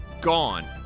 Gone